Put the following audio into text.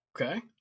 Okay